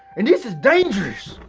and this is dangerous.